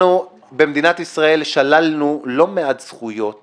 במדינת ישראל שללנו לא מעט זכויות